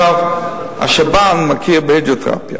עכשיו, השב"ן מכיר בהידרותרפיה.